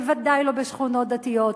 בוודאי לא בשכונות דתיות.